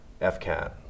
FCAT